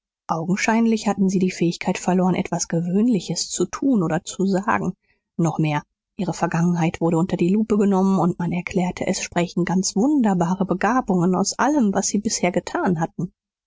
augenscheinlich hatten sie die fähigkeit verloren etwas gewöhnliches zu tun oder zu sagen noch mehr ihre vergangenheit wurde unter die lupe genommen und man erklärte es sprächen ganz wunderbare begabungen aus allem was sie bisher getan hatten